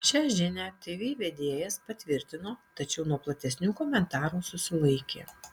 šią žinią tv vedėjas patvirtino tačiau nuo platesnių komentarų susilaikė